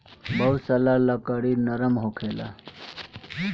बहुत सारा लकड़ी नरम होखेला